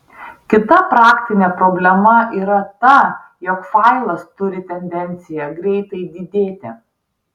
kita praktinė problema yra ta jog failas turi tendenciją greitai didėti